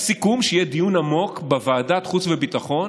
היה סיכום שיהיה דיון עמוק בוועדת החוץ והביטחון